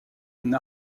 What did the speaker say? une